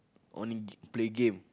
only game play game